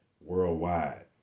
worldwide